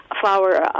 Flower